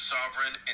Sovereign